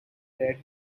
bread